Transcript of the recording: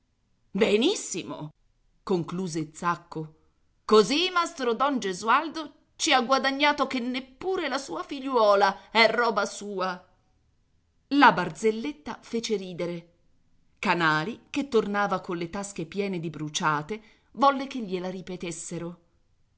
benissimo conchiuse zacco così mastrodon gesualdo ci ha guadagnato che neppur la sua figliuola è roba sua la barzelletta fece ridere canali che tornava colle tasche piene di bruciate volle che gliela ripetessero